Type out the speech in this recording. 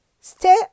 Stay